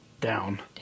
Down